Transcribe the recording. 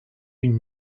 une